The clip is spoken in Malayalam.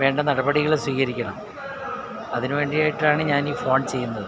വേണ്ട നടപടികൾ സ്വീകരിക്കണം അതിനു വേണ്ടിയിട്ടാണ് ഞാൻ ഈ ഫോൺ ചെയ്യുന്നത്